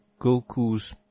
Goku's